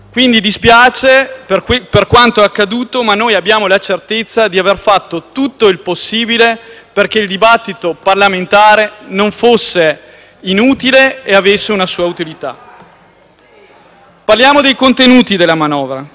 Parliamo dei contenuti della manovra. Innanzitutto per noi era fondamentale riformare la legge Fornero. Era un patto che avevamo preso con i cittadini e che dovevamo onorare.